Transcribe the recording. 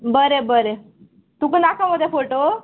बरें बरें तुका नाका मरे फोटो